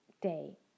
day